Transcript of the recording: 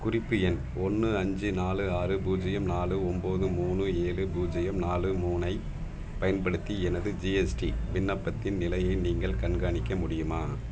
குறிப்பு எண் ஒன்று அஞ்சு நாலு ஆறு பூஜ்ஜியம் நாலு ஒம்பது மூணு ஏழு பூஜ்ஜியம் நாலு மூணைப் பயன்படுத்தி எனது ஜிஎஸ்டி விண்ணப்பத்தின் நிலையை நீங்கள் கண்காணிக்க முடியுமா